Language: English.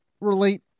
relate